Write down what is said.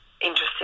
interested